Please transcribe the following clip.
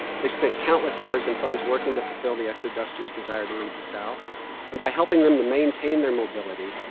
they spent countless hours and funds working to fulfill the exodusters' desire to leave the south and by helping them to maintain their mobility,